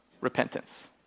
repentance